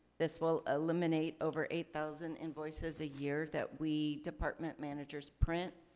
this will eliminate over eight thousand invoices a year that we department managers print,